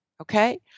okay